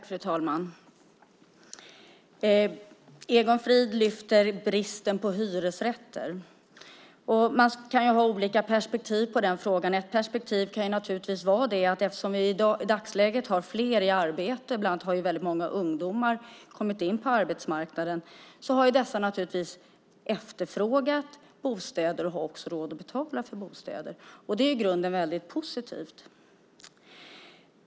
Fru talman! Egon Frid lyfter fram bristen på hyresrätter. Man kan ha olika perspektiv på den frågan. Ett perspektiv kan naturligtvis vara att eftersom vi i dagsläget har fler i arbete - bland andra har väldigt många ungdomar kommit in på arbetsmarknaden - är det fler som efterfrågar bostäder och har råd att betala för bostäder. Det är i grunden väldigt positivt.